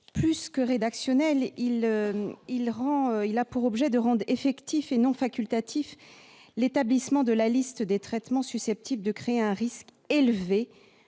plus que rédactionnel. Il a pour objet de rendre effectif et non facultatif l'établissement de la liste des traitements susceptibles de créer un risque élevé